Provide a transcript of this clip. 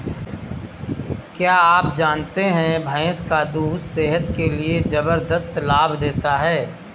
क्या आप जानते है भैंस का दूध सेहत के लिए जबरदस्त लाभ देता है?